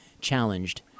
challenged